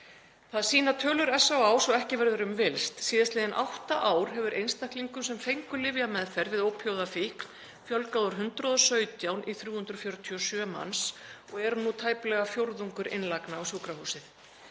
Það sýna tölur SÁÁ svo ekki verður um villst. Síðastliðin átta ár hefur einstaklingum sem fengu lyfjameðferð við ópíóíðafíkn fjölgað úr 117 í 347 manns og eru nú tæplega fjórðungur innlagna á sjúkrahúsið.